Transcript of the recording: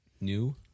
New